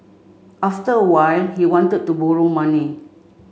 after a while he wanted to borrow money